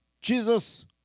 Jesus